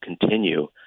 continue